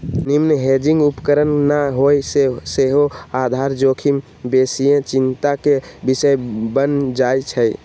निम्मन हेजिंग उपकरण न होय से सेहो आधार जोखिम बेशीये चिंता के विषय बन जाइ छइ